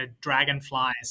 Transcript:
dragonflies